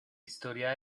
historia